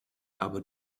aber